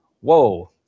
whoa